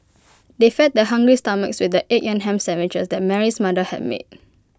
they fed their hungry stomachs with the egg and Ham Sandwiches that Mary's mother had made